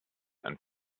and